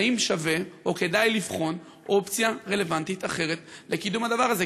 והאם שווה או כדאי לבחון אופציה רלוונטית אחרת לקידום הדבר הזה?